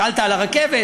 שאלת על הרכבת,